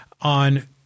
on